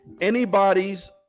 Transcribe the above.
anybody's